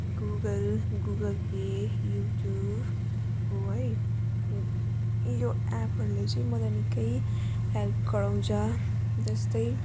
Google Google Pay YouTube हो है यो एपहरूले चाहिँ मलाई निकै हेल्प गराउँछ जस्तै